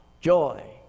Joy